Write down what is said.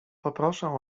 poproszę